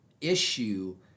issue